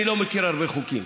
אני לא מכיר הרבה חוקים